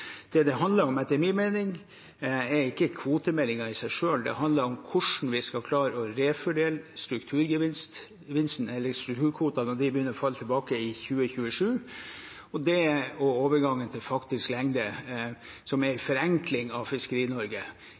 Det det handler om etter min mening, er ikke kvotemeldingen i seg selv, men hvordan vi skal klare å refordele strukturgevinsten eller strukturkvotene når de begynner å falle tilbake i 2027, og overgangen til faktisk lengde, som er en forenkling av